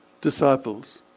disciples